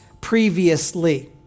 previously